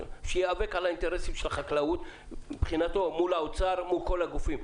שייאבק על האינטרסים של החקלאות מבחינתו מול האוצר ומול כל הגופים.